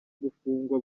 gufungwa